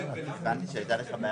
זה רק למוקד הגודש.